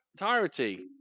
entirety